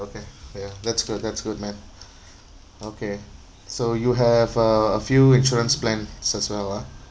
okay ya that's good that's good man okay so you have uh a few insurance plan as well ah